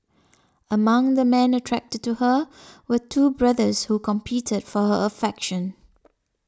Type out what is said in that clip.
among the men attracted to her were two brothers who competed for her affection